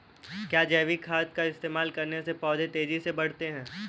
क्या जैविक खाद का इस्तेमाल करने से पौधे तेजी से बढ़ते हैं?